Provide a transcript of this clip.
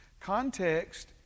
Context